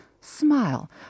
smile